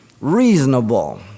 reasonable